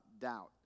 doubt